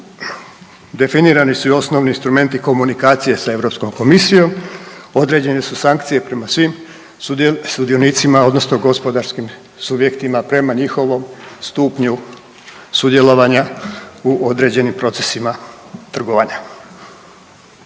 Definirani su i osnovni instrumenti komunikacije sa Europskom komisijom, određene su sankcije prema svim sudionicima, odnosno gospodarskim subjektima prema njihovom stupnju sudjelovanja u određenim procesima trgovanja.